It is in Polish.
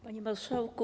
Panie Marszałku!